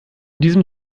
diesem